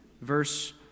verse